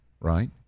right